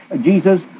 Jesus